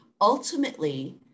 ultimately